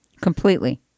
Completely